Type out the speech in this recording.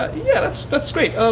yeah, that's that's great, uhm.